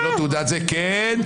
כן.